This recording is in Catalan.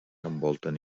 envolten